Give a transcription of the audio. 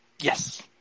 Yes